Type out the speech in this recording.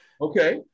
Okay